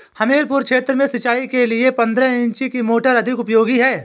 हमीरपुर क्षेत्र में सिंचाई के लिए पंद्रह इंची की मोटर अधिक उपयोगी है?